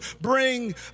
bring